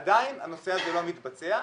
עדיין הנושא הזה לא מתבצע.